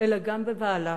אלא גם בבעלה,